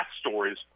stories